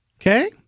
Okay